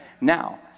now